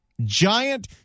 Giant